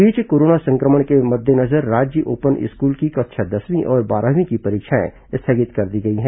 इस बीच कोरोना संक्रमण के मद्देनजर राज्य ओपन स्कूल की कक्षा दसवीं और बारहवीं की परीक्षाएं स्थगित कर दी गई हैं